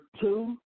two